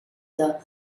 the